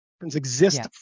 exist